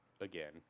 Again